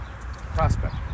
prospect